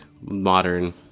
modern